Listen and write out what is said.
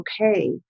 okay